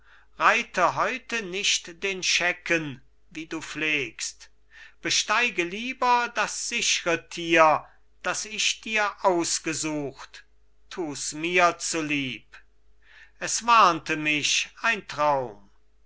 reite heute nicht den schecken wie du pflegst besteige lieber das sichre tier das ich dir ausgesucht tus mir zu lieb es warnte mich ein traum